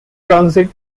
transit